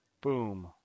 Boom